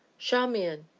charmian!